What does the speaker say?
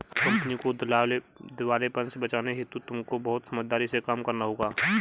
company को दिवालेपन से बचाने हेतु तुमको बहुत समझदारी से काम करना होगा